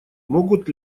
могут